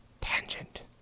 tangent